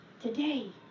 Today